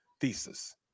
thesis